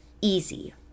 easy